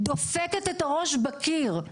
דופקת את הראש בקיר,